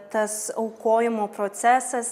tas aukojimo procesas